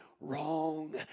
wrong